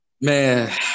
Man